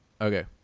Okay